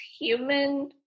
human